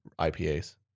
IPAs